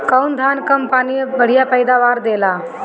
कौन धान कम पानी में बढ़या पैदावार देला?